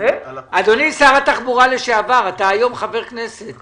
אדוני שר התחבורה לשעבר, אתה היום חבר כנסת